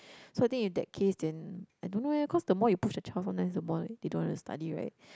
so I think in that case then I don't know eh cause the more you push a child sometimes the more they don't want to study right